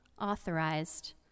authorized